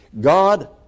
God